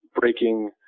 breaking